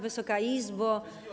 Wysoka Izbo.